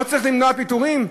לא צריך למנוע פיטורים?